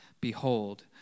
Behold